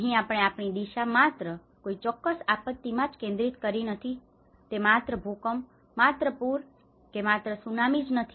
અહીં આપણે આપણી દિશા માત્ર કોઈ ચોક્કસ આપત્તિમાં જ કેન્દ્રિત કરી નથી તે માત્ર ભૂકંપ માત્ર પુર કે માત્ર સુનામી જ નથી